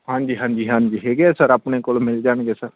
ਹਾਂਜੀ ਹਾਂਜੀ ਹਾਂਜੀ ਹੈਗੇ ਆ ਸਰ ਆਪਣੇ ਕੋਲ ਮਿਲ ਜਾਣਗੇ ਸਰ